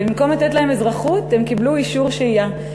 ובמקום לתת להם אזרחות הם קיבלו אישור שהייה.